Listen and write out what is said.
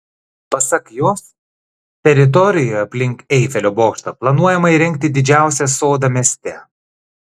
pasak jos teritorijoje aplink eifelio bokštą planuojama įrengti didžiausią sodą mieste